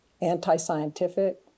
anti-scientific